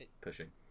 pushing